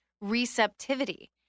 receptivity